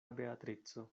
beatrico